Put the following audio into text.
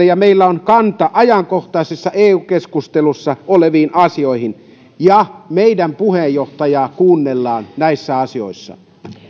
ja meillä on kanta ajankohtaisessa eu keskustelussa oleviin asioihin ja meidän puheenjohtajaamme kuunnellaan näissä asioissa